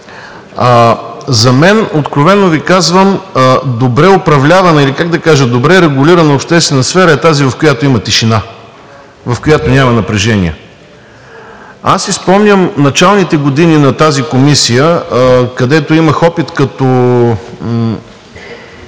За мен, откровено Ви казвам, добре управлявана или, как да кажа, добре регулирана обществена сфера е тази, в която има тишина, в която няма напрежение. Спомням си началните години на тази комисия, където имах опит като